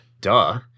duh